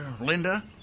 Linda